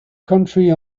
country